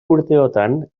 urteotan